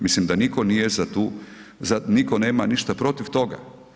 Mislim da nitko nije za tu, nitko nema ništa protiv toga.